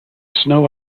snow